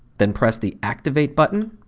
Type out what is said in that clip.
then press the activate button.